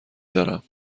دارم